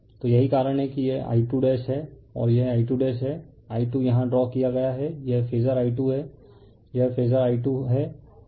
तो यही कारण है कि यह I2 है और यह I2 है I2 यहां ड्रा किया गया है यह फेजर I2 है यह फेजर I2 है